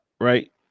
right